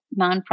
nonprofit